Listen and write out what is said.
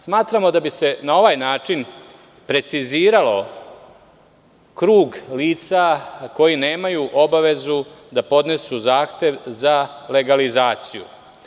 Smatramo da bi se na ovaj način precizirao krug lica koji nemaju obavezu da podnesu zahtev za legalizaciju.